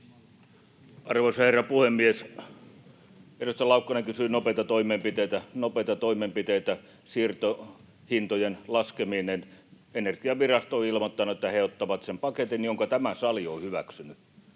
Arvoisa herra puhemies! Edustaja Laukkanen kysyi nopeita toimenpiteitä. Nopeita toimenpiteitä: Siirtohintojen laskeminen. Energiavirasto on ilmoittanut, että he ottavat sen paketin, jonka tämä sali on hyväksynyt,